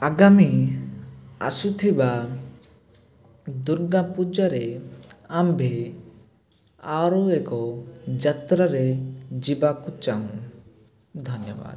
ଆଗାମୀ ଆସୁଥିବା ଦୁର୍ଗା ପୂଜାରେ ଆମ୍ଭେ ଆରୁ ଏକ ଯାତ୍ରାରେ ଯିବାକୁ ଚାହୁଁ ଧନ୍ୟବାଦ